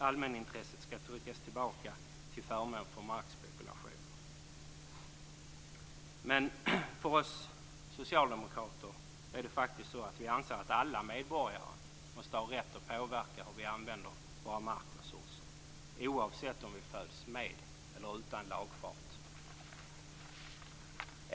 Allmänintresset skall tryckas tillbaka till förmån för markspekulation. Men vi socialdemokrater anser att alla medborgare måste ha rätt att påverka hur vi använder våra markresurser, oavsett om vi föds med eller utan lagfart.